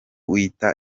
wita